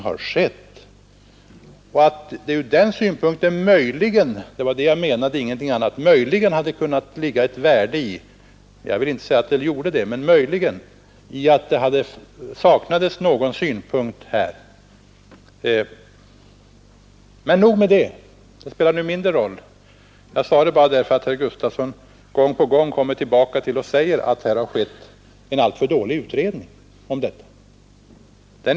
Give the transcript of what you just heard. Med min replik till herr Gustafson i Göteborg menade jag helt simpelt, även om jag kanske tyvärr inte utvecklade denna tanke, att det ur den synpunkten kanske kunde ha varit värdefullt — jag vill inte säga att det skulle ha varit det — att ta kontakt med departementet. Nog om det; det spelar mindre roll. Jag sade detta därför att herr Gustafson gång på gång påstår att det gjorts en alltför dålig utredning.